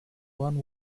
one